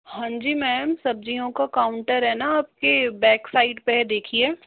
हाँ जी मैम सब्जियों का काउंटर है ना आपके बैक साइड पे है देखिए